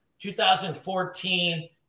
2014